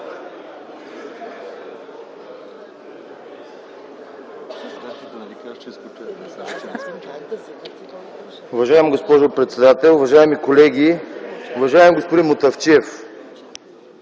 Уважаема госпожо председател, уважаеми колеги, уважаеми господин Мутафчиев!